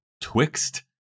Twixt